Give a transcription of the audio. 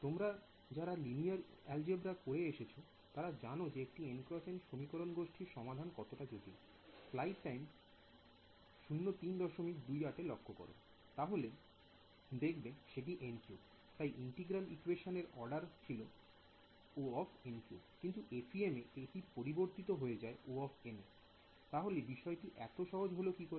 তোমরা যারা linear algebra করে এসেছো তারা জানো যে একটি n X n সমীকরণ গোষ্ঠীর সমাধান কতটা জটিল I স্লাইড টাইম 0328 লক্ষ করো তাহলে দেখবে সেটি I তাই ইন্টিগ্রাল ইকোয়েশন এর অর্ডার ছিল O I কিন্তু FEM এ এটি পরিবর্তিত হয়ে যায় O তে I তাহলে বিষয়টি এত সহজ হলো কি করে